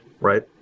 Right